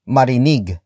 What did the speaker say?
Marinig